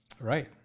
Right